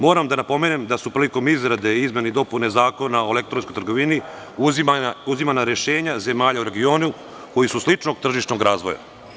Moram da napomenem da su prilikom izrade izmene i dopune Zakona o elektronskoj trgovini uzimana rešenja zemalja u regionu koje su sličnog tržišnog razvoja.